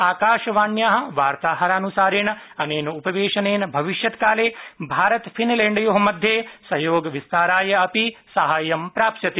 आकाशवाण्याः वार्ताहरानुसारेण अनेन उपवेशनेन भविष्यत्काले भारत फिनलैण्योः मध्ये सहयोग विस्ताराय अपि साहाय्यं प्राप्स्यते